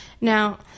Now